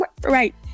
right